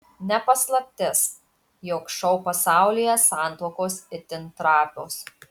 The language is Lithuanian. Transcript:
ne paslaptis jog šou pasaulyje santuokos itin trapios